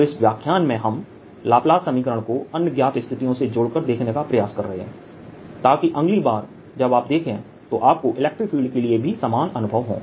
तो इस व्याख्यान में हम लाप्लास समीकरण को अन्य ज्ञात स्थितियों से जोड़कर देखने का प्रयास कर रहे हैं ताकि अगली बार जब आप देखें तो आपको इलेक्ट्रिक फील्ड के लिए भी समान अनुभव हो